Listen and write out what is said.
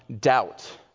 doubt